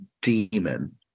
demon